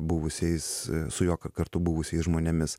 buvusiais su juo ka kartu buvusiais žmonėmis